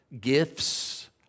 gifts